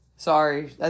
Sorry